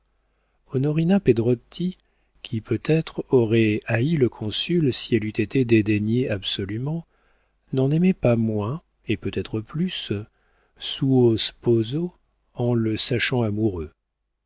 onorina pedrotti qui peut-être aurait haï le consul si elle eût été dédaignée absolument n'en aimait pas moins et peut-être plus suo sposo en le sachant amoureux